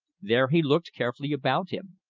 there he looked carefully about him.